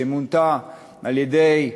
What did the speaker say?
שמונתה על-ידי,